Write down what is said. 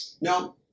No